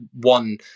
one